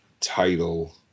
title